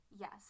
Yes